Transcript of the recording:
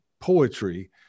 poetry